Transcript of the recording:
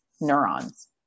neurons